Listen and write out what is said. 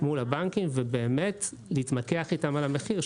מול הבנקים ובאמת להתמקח איתם על המחיר,